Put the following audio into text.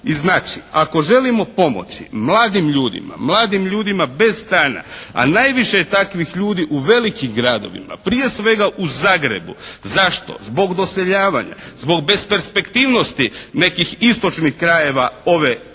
I znači, ako želimo pomoći mladim ljudima, mladim ljudima bez stana, a najviše je takvih ljudi u velikim gradovima, prije svega u Zagrebu. Zašto? Zbog doseljavanja, zbog besperspektivnosti nekih istočnih krajeva ove